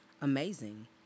amazing